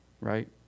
right